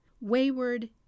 Wayward